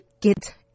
get